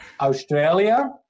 Australia